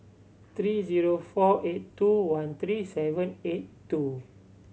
three zero four eight two one three seven eight two